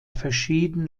verschieden